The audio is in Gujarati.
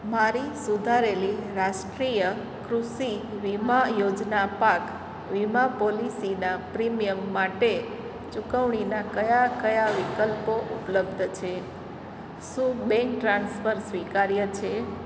મારી સુધારેલી રાષ્ટ્રીય કૃષિ વીમા યોજના પાક વીમા પોલિસીનાં પ્રીમિયમ માટે ચુકવણીના કયા ક્યા વિકલ્પો ઉપલબ્ધ છે શું બેંક ટ્રાન્સફર સ્વીકાર્ય છે